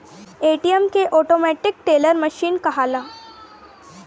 ATM के automatic teller machine कहाला